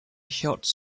shots